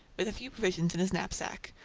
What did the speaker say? with a few provisions in his knapsack,